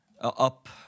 up